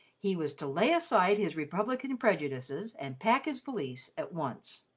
he was to lay aside his republican prejudices and pack his valise at once.